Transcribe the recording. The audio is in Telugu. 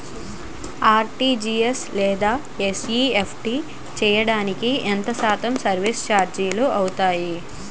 ఆర్.టి.జి.ఎస్ లేదా ఎన్.ఈ.ఎఫ్.టి చేయడానికి ఎంత శాతం సర్విస్ ఛార్జీలు ఉంటాయి?